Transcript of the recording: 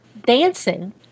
dancing